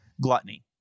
gluttony